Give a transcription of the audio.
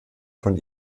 von